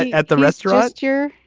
at the restaurant here.